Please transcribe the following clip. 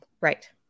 right